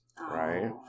right